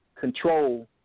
control